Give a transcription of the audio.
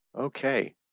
Okay